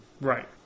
Right